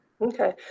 Okay